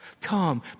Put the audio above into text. Come